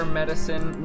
medicine